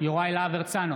יוראי להב הרצנו,